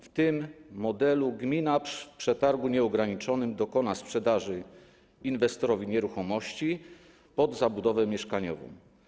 W tym modelu gmina w przetargu nieograniczonym dokona sprzedaży inwestorowi nieruchomości pod zabudowę mieszkaniową.